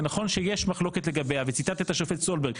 זה נכון שיש מחלוקת לגביה וציטטת את השופט סולברג.